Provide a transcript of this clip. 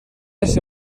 este